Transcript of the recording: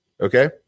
Okay